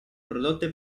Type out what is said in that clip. prodotte